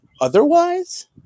otherwise